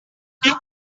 how